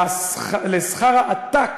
בשכר העתק